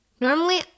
Normally